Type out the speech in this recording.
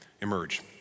emerge